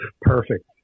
Perfect